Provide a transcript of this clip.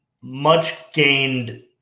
much-gained